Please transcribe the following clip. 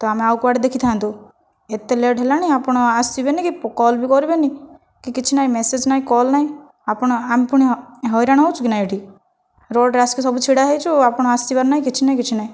ତ' ଆମେ ଆଉ କୁଆଡ଼େ ଦେଖିଥାନ୍ତୁ ଏତେ ଲେଟ୍ ହେଲାଣି ଆପଣ ଆସିବେନି କି କଲ୍ ବି କରିବେନି କି କିଛି ନାହିଁ ମେସେଜ୍ ନାହିଁ କଲ୍ ନାହିଁ ଆପଣ ଆମେ ପୁଣି ହଇରାଣ ହେଉଛୁ କି ନାହିଁ ଏଠି ରୋଡ଼ରେ ଆସିକି ସବୁ ଛିଡ଼ା ହୋଇଛୁ ଆପଣ ଆସିବାର ନାହିଁ କିଛି ନାହିଁ କିଛି ନାହିଁ